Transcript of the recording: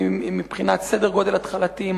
מבחינת סדר גודל התחלתי,